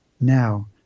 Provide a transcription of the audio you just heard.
Now